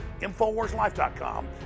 InfoWarsLife.com